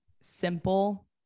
simple